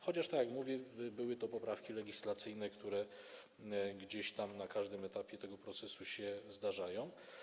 Chociaż, tak jak mówię, były to poprawki legislacyjne, które gdzieś tam na każdym etapie tego procesu się zdarzają.